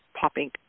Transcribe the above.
popping